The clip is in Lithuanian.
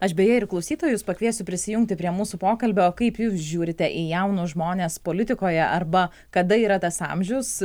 aš beje ir klausytojus pakviesiu prisijungti prie mūsų pokalbio kaip jūs žiūrite į jaunus žmones politikoje arba kada yra tas amžius